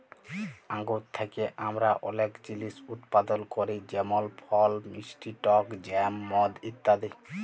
আঙ্গুর থ্যাকে আমরা অলেক জিলিস উৎপাদল ক্যরি যেমল ফল, মিষ্টি টক জ্যাম, মদ ইত্যাদি